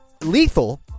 lethal